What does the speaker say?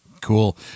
Cool